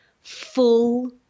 full